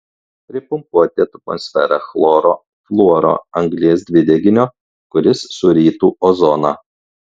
pripumpuoti atmosferą chloro fluoro anglies dvideginio kuris surytų ozoną